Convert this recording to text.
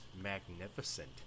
magnificent